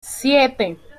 siete